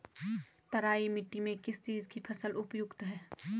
तराई मिट्टी में किस चीज़ की फसल उपयुक्त है?